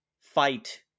fight